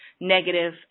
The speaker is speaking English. negative